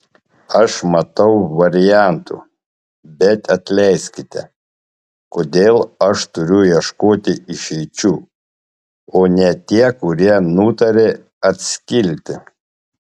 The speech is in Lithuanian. aš matau variantų bet atleiskite kodėl aš turiu ieškoti išeičių o ne tie kurie nutarė atskilti